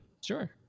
sure